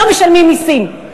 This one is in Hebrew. לא משלמים מסים.